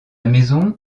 maison